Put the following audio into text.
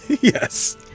Yes